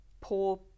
poor